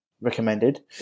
recommended